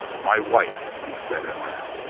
my wife, he said and laughed.